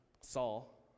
Saul